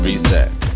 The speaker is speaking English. Reset